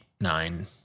nine